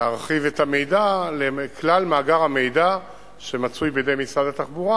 את המידע לכלל מאגר המידע שמצוי בידי משרד התחבורה.